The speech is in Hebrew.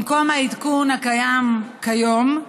במקום העדכון הקיים כיום,